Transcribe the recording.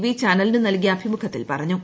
V ചാനലിന് നൽകിയ അഭിമുഖത്തിൽ പറഞ്ഞു